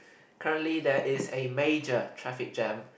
currently there is a major traffic jam